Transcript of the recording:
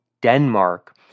Denmark